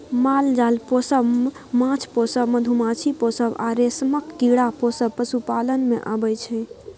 माल जाल पोसब, माछ पोसब, मधुमाछी पोसब आ रेशमक कीरा पोसब पशुपालन मे अबै छै